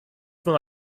fin